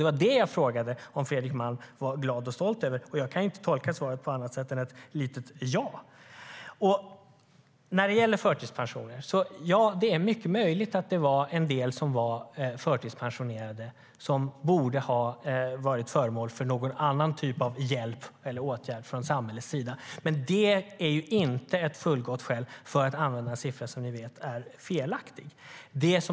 Det var det jag frågade om Fredrik Malm var glad och stolt över. Jag kan inte tolka svaret på annat sätt än som ett litet ja. När det gäller förtidspensionerna vill jag säga att ja, det är mycket möjligt att en del blev förtidspensionerade som borde ha blivit föremål för någon annan typ av hjälp eller åtgärd från samhällets sida. Men det är inte ett fullgott skäl till att använda en siffra som ni vet är felaktig.